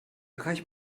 reich